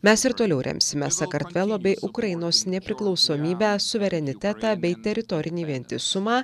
mes ir toliau remsime sakartvelo bei ukrainos nepriklausomybę suverenitetą bei teritorinį vientisumą